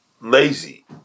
lazy